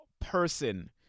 person